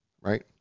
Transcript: right